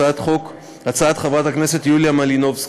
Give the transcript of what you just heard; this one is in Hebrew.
הצעת חברת הכנסת יוליה מלינובסקי,